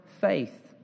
faith